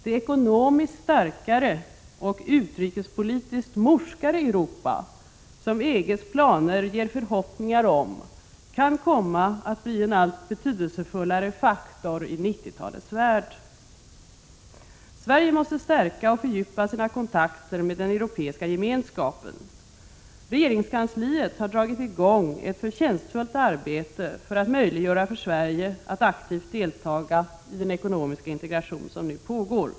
Det ekonomiskt starkare och utrikespolitiskt morskare Europa som EG:s planer ger förhoppningar om kan komma att bli en allt betydelsefullare faktor i 1990-talets värld. Sverige måste stärka och fördjupa sina kontakter med den europeiska gemenskapen. Regeringskansliet har dragit i gång ett förtjänstfullt arbete för att möjliggöra för Sverige att aktivt delta i den ekonomiska integration som nu pågår.